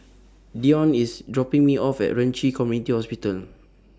Dion IS dropping Me off At Ren Ci Community Hospital